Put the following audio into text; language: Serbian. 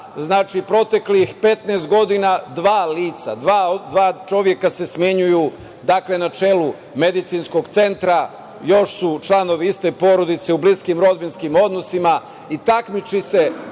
za proteklih 15 godina dva lica, dva čoveka, smenjuju na čelu Medicinskog centra, još su članovi iste porodice, u bliskim rodbinskim odnosima i takmiče se